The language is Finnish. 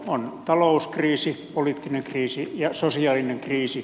on talouskriisi poliittinen kriisi ja sosiaalinen kriisi